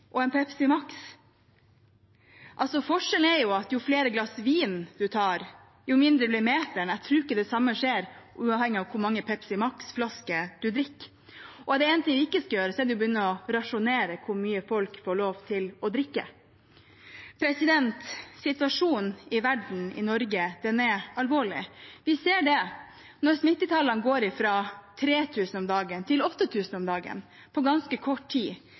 en tar, jo mindre blir meteren. Jeg tror ikke det samme skjer uansett hvor mange Pepsi Max-flasker en drikker. Er det én ting en ikke skal gjøre, er det å begynne å rasjonere hvor mye folk får lov til å drikke. Situasjonen i verden, inkludert Norge, er alvorlig. Vi ser det når smittetallene går fra 3 000 om dagen til 8 000 om dagen på ganske kort tid.